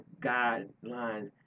guidelines